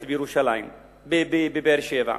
בבאר-שבע.